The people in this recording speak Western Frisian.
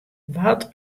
wat